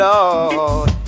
Lord